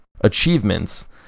achievements